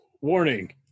warning